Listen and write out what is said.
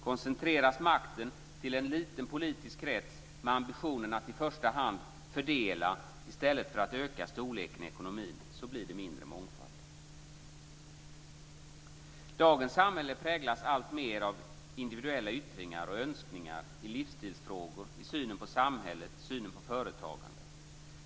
Koncentreras makten till en liten politisk krets med ambition att i första hand fördela i stället för att öka storleken i ekonomin blir det mindre mångfald. Dagens samhälle präglas alltmer av individuella yttringar och önskningar i livsstilsfrågor, i synen på samhället och i synen på företagande.